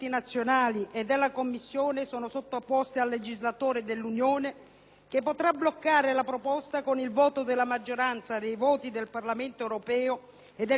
che potrà bloccare la proposta con il voto della maggioranza dei voti del Parlamento europeo e del 55 per cento dei membri del Consiglio.